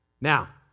Now